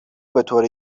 بطور